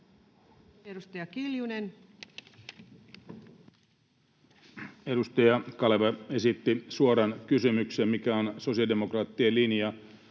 Edustaja Kiljunen. Edustaja Kaleva esitti suoran kysymyksen, mikä on sosiaalidemokraattien linja.